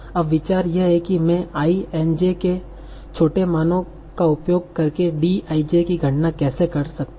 अब विचार यह है कि मैं i n j के छोटे मानों का उपयोग करके D i j की गणना कैसे करता सकता हूं